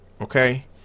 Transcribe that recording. okay